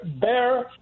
bear